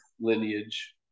lineage